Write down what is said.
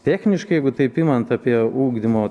techniškai jeigu taip imant apie ugdymo